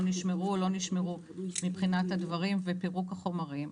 נשמרו או לא נשמרו מבחינת הדברים ופירוק החומרים,